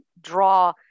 draw